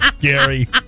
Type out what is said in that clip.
Gary